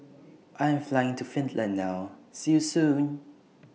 I Am Flying to Finland now See YOU Soon